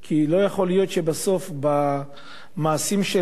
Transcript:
במעשים שלהם הם מכפישים ציבורים שלמים,